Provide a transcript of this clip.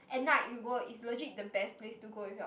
at night you go is legit the best place to go with your